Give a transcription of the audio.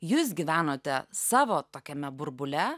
jūs gyvenote savo tokiame burbule